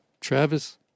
Travis